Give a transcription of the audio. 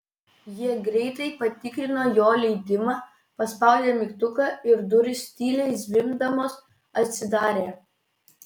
jie greitai patikrino jo leidimą paspaudė mygtuką ir durys tyliai zvimbdamos atsidarė